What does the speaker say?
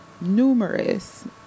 numerous